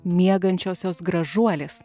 miegančiosios gražuolės